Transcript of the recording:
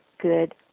good